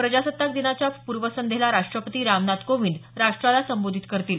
प्रजासत्ताक दिनाच्या पूर्वसंध्येला राष्ट्रपती रामनाथ कोंविद राष्ट्राला संबोधित करतील